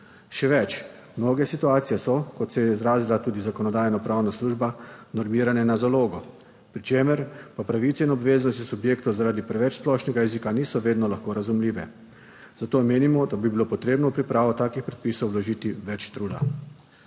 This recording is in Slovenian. Še več, mnoge situacije so, kot se je izrazila tudi Zakonodajno-pravna služba, normirane na zalogo, pri čemer pa pravice in obveznosti subjektov zaradi preveč splošnega jezika niso vedno lahko razumljive. Zato menimo, da bi bilo potrebno v pripravo takih predpisov vložiti več truda.